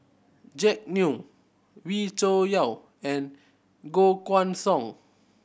Jack Neo Wee Cho Yaw and Koh Guan Song